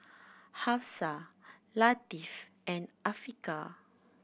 Hafsa Latif and Afiqah